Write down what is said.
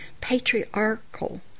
patriarchal